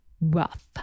rough